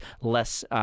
less